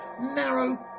narrow